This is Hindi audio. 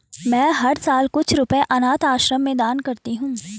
मैं हर साल कुछ रुपए अनाथ आश्रम में दान करती हूँ